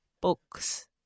Book's